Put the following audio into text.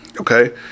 okay